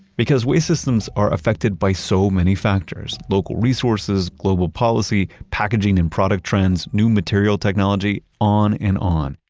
because waste systems are affected by so many factors local resources, global policy, packaging and product trends, new material technology, on and on.